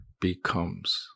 becomes